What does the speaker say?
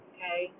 Okay